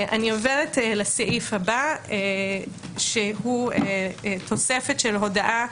אני עוברת לסעיף הבא, שהוא תוספת של הודעה.